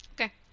Okay